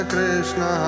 Krishna